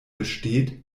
besteht